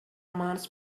months